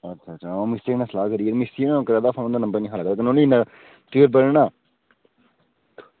अच्छा अच्छा हां मिस्तरी कन्नै सलाह् करियै मिस्तरियै